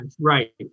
right